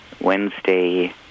Wednesday